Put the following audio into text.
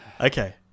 okay